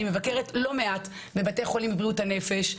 אני מבקרת לא מעט בבתי חולים בבריאות הנפש,